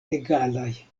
egalaj